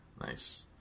nice